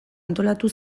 antolatu